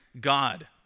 God